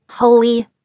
holy